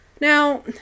Now